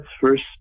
first